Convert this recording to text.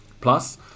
plus